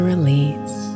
Release